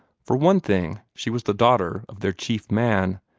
for one thing, she was the daughter of their chief man,